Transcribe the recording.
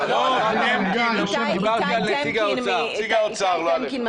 דיברתי על נציג האוצר.